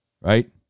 Right